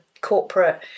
corporate